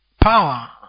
power